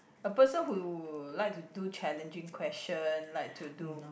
a person who like to do challenging question like to do